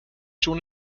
schon